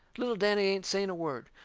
little danny ain't saying a word.